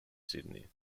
sydney